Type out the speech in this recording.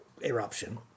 eruption